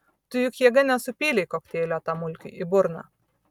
tu juk jėga nesupylei kokteilio tam mulkiui į burną